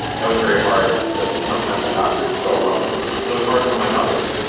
that was very hard for sometimes the doctors to go along with, and it was hard for my mother,